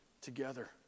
together